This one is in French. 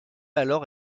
alors